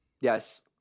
Yes